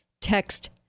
Text